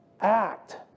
act